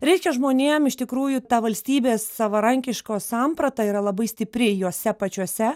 reiškia žmonėm iš tikrųjų ta valstybės savarankiškos samprata yra labai stipri juose pačiuose